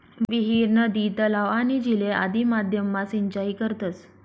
विहीर, नदी, तलाव, आणि झीले आदि माध्यम मा सिंचाई करतस